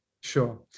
sure